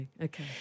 Okay